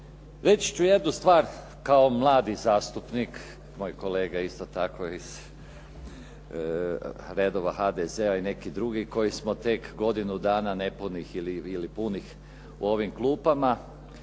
reći ću jednu stvar kao mladi zastupnik, moj kolega isto tako iz redova HDZ-a i neki drugi koji smo tek godinu dana nepunih ili punih u ovim klupama.